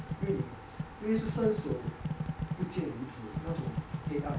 因为你因为是伸手不见椅子那种黑暗